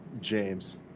James